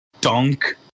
dunk